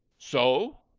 so?